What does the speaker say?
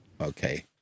okay